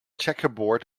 checkerboard